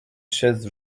chaises